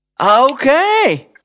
Okay